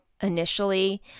initially